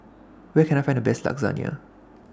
Where Can I Find The Best Lasagna